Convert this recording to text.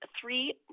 three